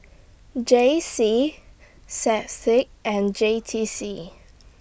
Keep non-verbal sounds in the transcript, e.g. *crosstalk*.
J C *unintelligible* and J T C